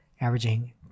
averaging